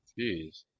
jeez